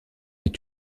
est